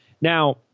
Now